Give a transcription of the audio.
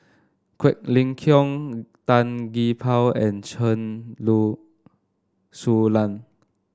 Quek Ling Kiong Tan Gee Paw and Chen Lu Su Lan